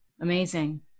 amazing